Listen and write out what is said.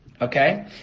Okay